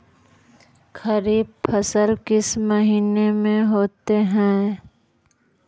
खरिफ फसल किस महीने में होते हैं?